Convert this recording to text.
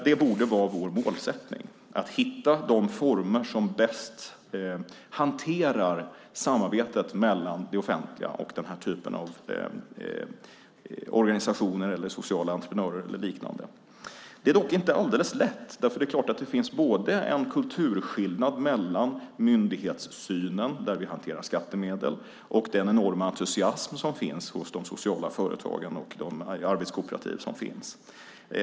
Det borde vara vår målsättning att hitta de former som bäst hanterar samarbetet mellan det offentliga och den här typen av organisationer, sociala entreprenörer eller liknande. Det är dock inte alldeles lätt. Det är klart att det finns en kulturskillnad mellan myndighetssynen, där vi hanterar skattemedel, och den enorma entusiasm som finns hos de sociala företagen och de arbetskooperativ som finns.